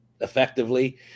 effectively